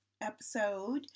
episode